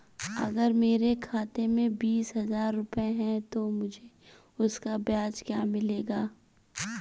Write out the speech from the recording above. अगर मेरे खाते में बीस हज़ार रुपये हैं तो मुझे उसका ब्याज क्या मिलेगा?